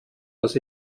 dass